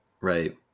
right